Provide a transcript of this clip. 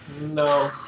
No